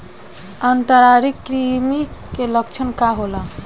आंतरिक कृमि के लक्षण का होला?